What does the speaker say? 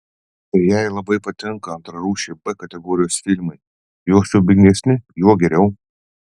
ir jai labai patinka antrarūšiai b kategorijos filmai juo siaubingesni juo geriau